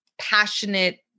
passionate